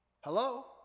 Hello